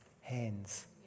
hands